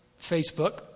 Facebook